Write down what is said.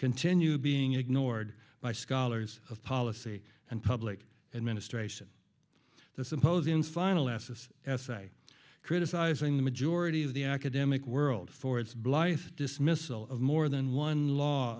continue being ignored by scholars of policy and public administration the symposiums final acis essay criticizing the majority of the academic world for its blith dismissal of more than one law